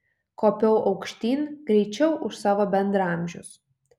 kopiau aukštyn greičiau už savo bendraamžius